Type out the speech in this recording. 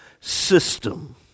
system